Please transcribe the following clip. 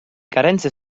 carenze